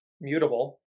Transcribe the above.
mutable